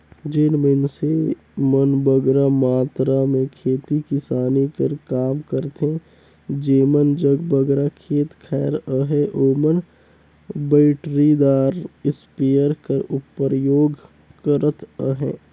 जेन मइनसे मन बगरा मातरा में खेती किसानी कर काम करथे जेमन जग बगरा खेत खाएर अहे ओमन बइटरीदार इस्पेयर कर परयोग करत अहें